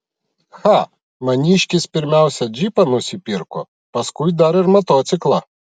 cha maniškis pirmiausia džipą nusipirko paskui dar ir motociklą